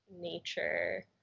nature